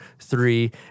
three